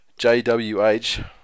JWH